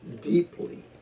deeply